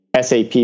SAP